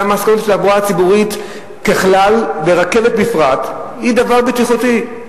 התחבורה הציבורית ככלל ורכבת בפרט הן דבר בטיחותי,